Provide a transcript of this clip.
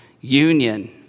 union